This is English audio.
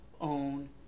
own